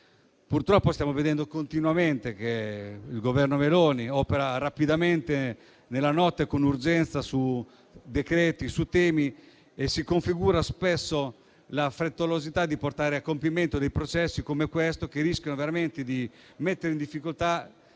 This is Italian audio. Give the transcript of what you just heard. Purtroppo, stiamo vedendo continuamente che il Governo Meloni opera rapidamente, nella notte, con urgenza, con decreti. Spesso la frettolosità di portare a compimento processi come questo rischia veramente di mettere in difficoltà